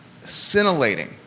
scintillating